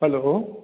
hello